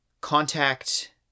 contact